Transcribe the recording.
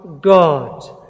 God